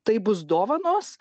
tai bus dovanos